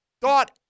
thought